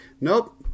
nope